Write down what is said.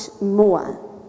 more